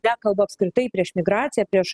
nekalbu apskritai prieš migraciją prieš